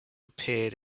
appeared